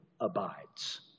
abides